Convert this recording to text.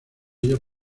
ellos